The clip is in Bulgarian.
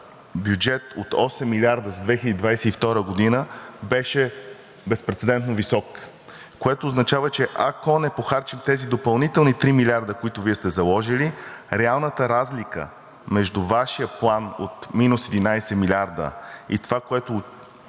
бюджет от осем милиарда за 2022 г. беше безпрецедентно висок, което означава, че ако не похарчим тези допълнителни три милиарда, които Вие сте заложили, реалната разлика между Вашия план от минус 11 милиарда и това, което